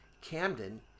Camden